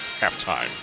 halftime